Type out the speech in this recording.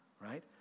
right